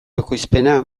ekoizpena